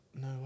no